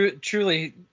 truly